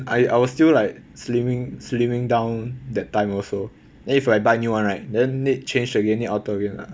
I I was still like slimming slimming down that time also then if I buy new one right then need change again need alter again lah